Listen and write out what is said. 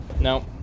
No